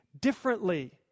differently